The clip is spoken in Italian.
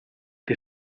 che